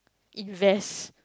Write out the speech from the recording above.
invest